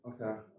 Okay